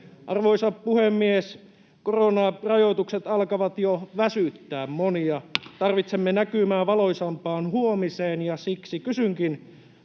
Arvoisa puhemies! Koronarajoitukset alkavat jo väsyttää monia. Tarvitsemme näkymää valoisampaan huomiseen, ja siksi kysynkin